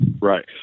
Right